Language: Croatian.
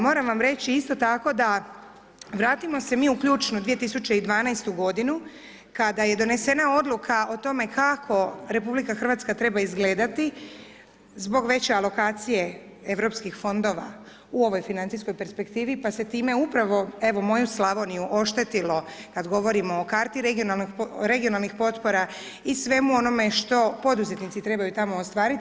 Moram vam reći isto tako da, vratimo se mi u ključnu 2012.-tu godinu kada je donesena odluka o tome kako RH treba izgledati zbog veće alokacije Europskih fondova u ovoj financijskoj perspektivi, pa se time upravo, evo, moju Slavoniju, oštetilo, kada govorimo o karti regionalnih potpora i svemu onome što poduzetnici trebaju tamo ostvariti.